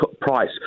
price